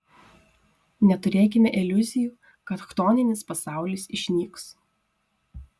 neturėkime iliuzijų kad chtoninis pasaulis išnyks